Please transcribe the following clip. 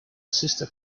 sister